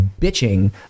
bitching